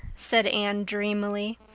said anne dreamily.